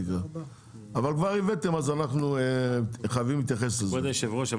אבל כבר הבאתם אז אנחנו חייבים להתייחס לזה.